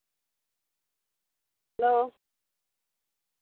hello